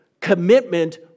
commitment